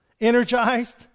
energized